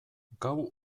gau